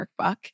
workbook